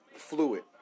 Fluid